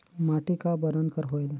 माटी का बरन कर होयल?